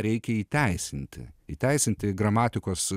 reikia įteisinti įteisinti gramatikos